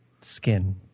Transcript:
Skin